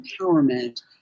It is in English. empowerment